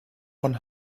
von